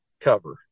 cover